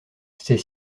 ces